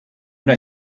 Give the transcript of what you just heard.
una